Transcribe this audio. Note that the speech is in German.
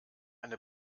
eine